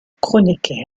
kronecker